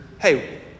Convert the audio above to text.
hey